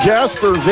Jasper